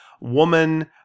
woman